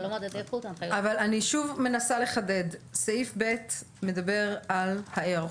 אבל לא מדדי איכות, הנחיות.